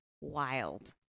wild